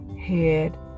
head